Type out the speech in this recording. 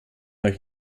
euch